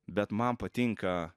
bet man patinka